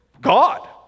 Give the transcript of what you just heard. God